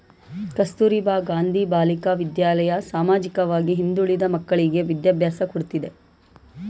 ಕಸ್ತೂರಬಾ ಗಾಂಧಿ ಬಾಲಿಕಾ ವಿದ್ಯಾಲಯ ಸಾಮಾಜಿಕವಾಗಿ ಹಿಂದುಳಿದ ಮಕ್ಕಳ್ಳಿಗೆ ವಿದ್ಯಾಭ್ಯಾಸ ಕೊಡ್ತಿದೆ